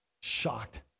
shocked